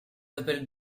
appelle